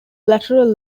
lateral